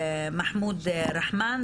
מחמוד רחמאן,